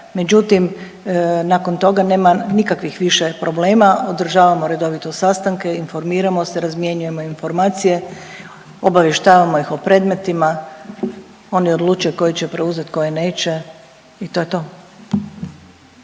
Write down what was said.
međutim nakon toga nema nikakvih više problema, održavamo redovito sastanke, informiramo se, razmjenjujemo informacije, obavještavamo ih o predmetima, oni odlučuju koje će preuzeti, koje neće i to je to.